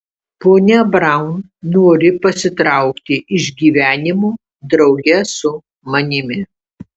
ponia braun nori pasitraukti iš gyvenimo drauge su manimi